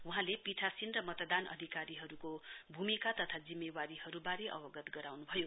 वहाँले पीठासीन मतदान अधिकारीहरुको भूमिका तथा जिम्मेवारीहरुवारे अवगत गराउनु भयो